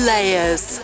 Layers